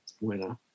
winner